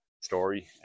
story